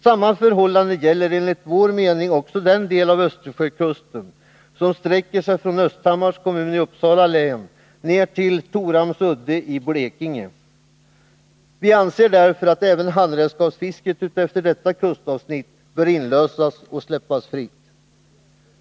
Samma förhållande gäller enligt vår mening också den del av Östersjökusten som sträcker sig från Östhammars kommun i Uppsala län ner till Torhamns udde i Blekinge. Vi anser därför att även handredskapsfisket utefter detta kustavsnitt bör inlösas och släppas fritt.